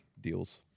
deals